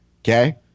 okay